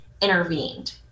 intervened